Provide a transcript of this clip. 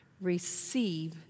receive